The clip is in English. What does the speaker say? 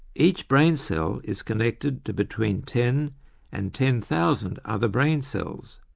each brain cell is connected to between ten and ten thousand other brain cells,